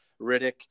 Riddick